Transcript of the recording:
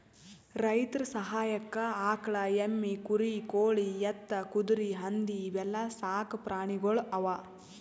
ರೈತರ್ ಸಹಾಯಕ್ಕ್ ಆಕಳ್, ಎಮ್ಮಿ, ಕುರಿ, ಕೋಳಿ, ಎತ್ತ್, ಕುದರಿ, ಹಂದಿ ಇವೆಲ್ಲಾ ಸಾಕ್ ಪ್ರಾಣಿಗೊಳ್ ಅವಾ